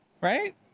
Right